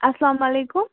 اَسلام علیکُم